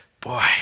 Boy